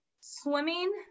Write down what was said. swimming